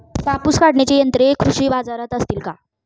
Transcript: कापूस काढण्याची यंत्रे कृषी बाजारात असतील का?